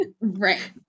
Right